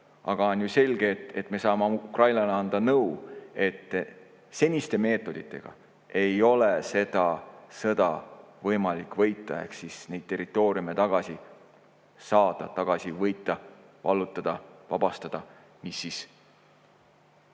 Aga on ju selge, et me saame Ukrainale anda nõu [ja öelda], et seniste meetoditega ei ole seda sõda võimalik võita ehk neid territooriume tagasi saada, tagasi võita, vallutada, vabastada, mis